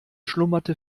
schlummerte